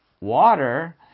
water